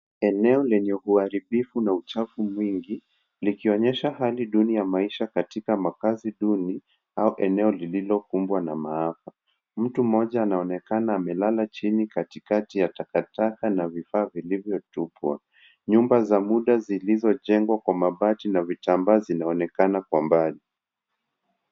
Eneo lenye uharibifu na uchafu mwingi, likionyesha hali duni ya maisha katika makazi duni, au eneo lililokumbwa na maafa. Mtu mmoja anaonekana amelala chini katikati ya takataka na vifaa vilivyotupwa. Nyumba za muda zilizojengwa kwa mabati na vitambaa zinaonekana kwa mbali.